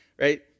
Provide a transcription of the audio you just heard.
right